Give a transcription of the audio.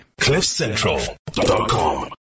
Cliffcentral.com